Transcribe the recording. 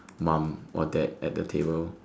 mom or dad at the table